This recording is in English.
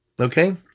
Okay